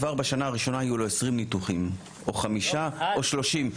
כבר בשנה הראשונה יהיה לו 20 ניתוחים או חמישה או 30,